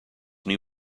new